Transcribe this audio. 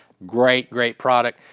great, great product.